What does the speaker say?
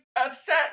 upset